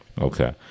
Okay